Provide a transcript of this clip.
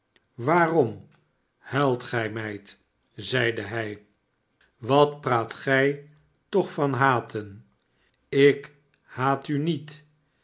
waarom huilt gij meid zeide hij wat praat gij toch van haten ik haat u niet